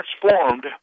transformed